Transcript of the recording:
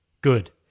Good